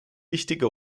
wichtige